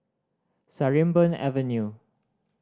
Sarimbun Avenue